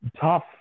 tough